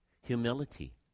humility